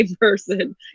person